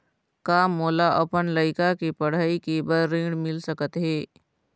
का मोला अपन लइका के पढ़ई के बर ऋण मिल सकत हे?